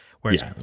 Whereas